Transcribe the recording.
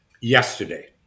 yesterday